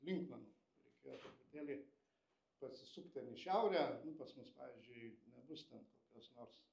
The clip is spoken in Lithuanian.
linkmenų reikėjo truputėlį pasisukt ten į šiaurę nu pas mus pavyzdžiui nebus ten kokios nors